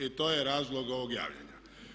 To je razlog ovog javljanja.